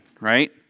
right